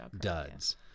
duds